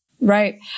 Right